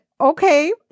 Okay